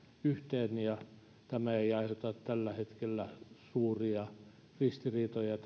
yhteen ja tällaisen lain aikaansaaminen ei aiheuta tällä hetkellä suuria ristiriitoja